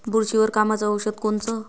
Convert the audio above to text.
बुरशीवर कामाचं औषध कोनचं?